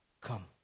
Come